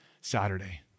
Saturday